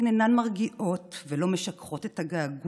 הן אינן מרגיעות ולא משככות את הגעגוע,